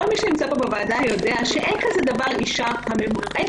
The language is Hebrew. כל מי שנמצא פה בוועדה יודע שאין כזה דבר אישה ממוצעת.